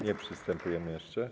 Nie przystępujemy jeszcze.